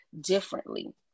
differently